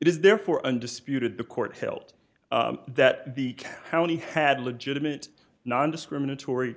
it is therefore undisputed the court hilt that the county had legitimate nondiscriminatory